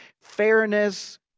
fairness